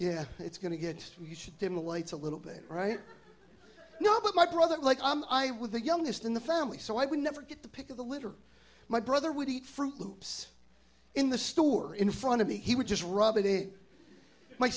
yeah it's going to get you should dim the lights a little bit right no but my brother like i'm with the youngest in the family so i would never get the pick of the litter my brother would eat fruit loops in the store in front of me he would just rub it in my